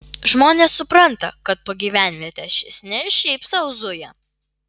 žmonės supranta kad po gyvenvietę šis ne šiaip sau zuja